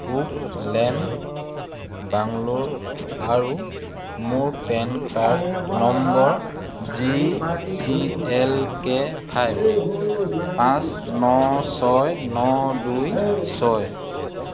ওক lane Bangalore আৰু মোৰ PAN card number G C L K five পাঁচ ন ছয় ন দুই ছয়